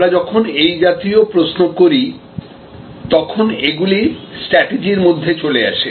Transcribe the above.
আমরা যখন এই জাতীয় প্রশ্ন করি তখন এগুলি স্ট্র্যাটিজির মধ্যে চলে আসে